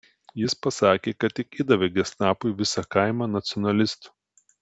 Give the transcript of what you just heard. jis pasakė kad tik įdavė gestapui visą kaimą nacionalistų